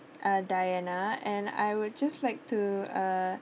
uh diana I would like to uh